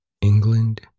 England